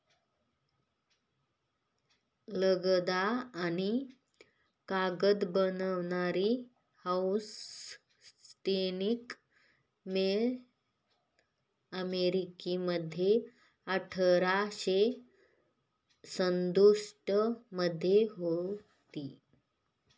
लगदा आणि कागद बनवणारी हाऊसटॉनिक मिल अमेरिकेमध्ये अठराशे सदुसष्ट मध्ये होती